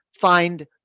find